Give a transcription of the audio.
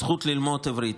זכות ללמוד עברית.